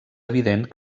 evident